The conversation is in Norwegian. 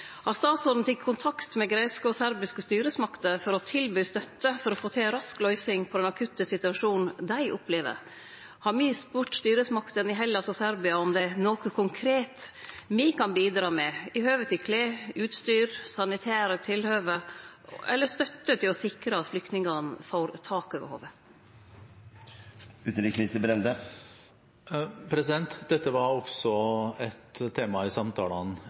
Har statsråden teke kontakt med greske og serbiske styresmakter for å tilby støtte, for å få til ei rask løysing på den akutte situasjonen dei opplever? Har me spurt styresmaktene i Hellas og Serbia om det er noko konkret me kan bidra med når det gjeld klede, utstyr, sanitære tilhøve eller støtte til å sikre at flyktningane får tak over hovudet? Dette var også et tema i